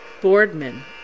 Boardman